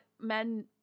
men